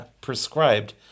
prescribed